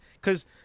because-